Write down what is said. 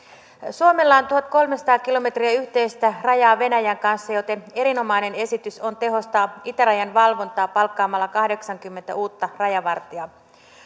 suomella on tuhatkolmesataa kilometriä yhteistä rajaa venäjän kanssa joten erinomainen esitys on tehostaa itärajan valvontaa palkkaamalla kahdeksankymmentä uutta rajavartijaa